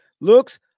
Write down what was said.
looks